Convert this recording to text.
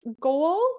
goal